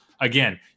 again